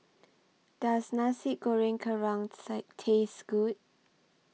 Does Nasi Goreng Kerang Taste Good